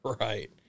Right